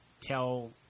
tell